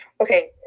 Okay